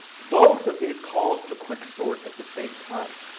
both of these calls to quicksort at the same time.